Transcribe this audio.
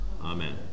Amen